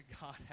God